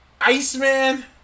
Iceman